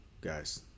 guys